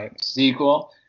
Sequel